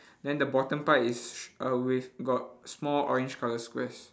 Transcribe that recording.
then the bottom part is uh with got small orange colour squares